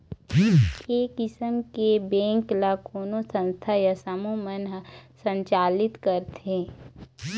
ए किसम के बेंक ल कोनो संस्था या समूह मन ह संचालित करथे